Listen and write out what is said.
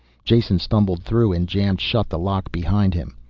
jason stumbled through, and jammed shut the lock behind him.